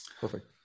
Perfect